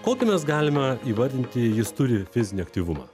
kokį mes galime įvardinti jis turi fizinį aktyvumą